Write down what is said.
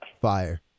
fire